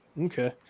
Okay